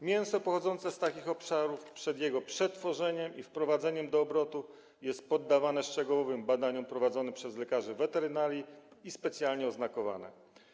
Mięso pochodzące z takich obszarów przed jego przetworzeniem i wprowadzeniem do obrotu jest poddawane szczegółowym badaniom prowadzonym przez lekarzy weterynarii i jest specjalnie oznakowane.